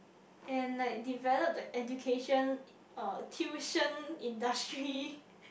and like developed that education uh tuition industry